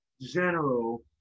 general